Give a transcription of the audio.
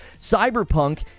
Cyberpunk